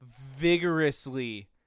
Vigorously